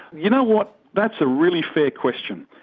you know what? that's a really fair question.